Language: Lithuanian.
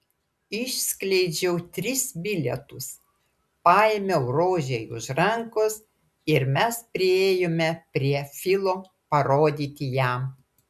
išskleidžiau tris bilietus paėmiau rožei už rankos ir mes priėjome prie filo parodyti jam